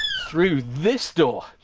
through this door.